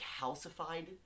calcified